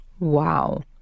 Wow